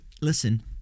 listen